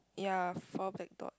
ya four black dot